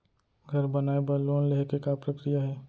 घर बनाये बर लोन लेहे के का प्रक्रिया हे?